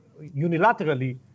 unilaterally